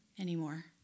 anymore